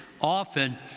often